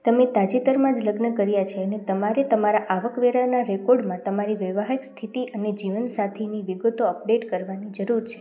તમે તાજેતરમાં જ લગ્ન કર્યા છે ને તમારે તમારા આવક વેરાના રેકોર્ડમાં તમારી વૈવાહિક સ્થિતિ અને જીવનસાથીની વિગતો અપડેટ કરવાની જરૂર છે